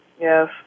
Yes